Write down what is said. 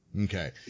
Okay